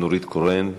נורית קורן,